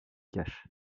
cash